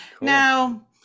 Now